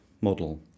model